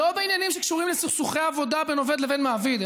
לא בעניינים שקשורים לסכסוכי עבודה בין עובד לבין מעביד,